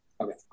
Okay